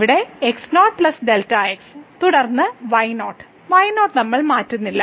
ഇവിടെ x0 Δx തുടർന്ന് y0 നമ്മൾ y0 മാറ്റുന്നില്ല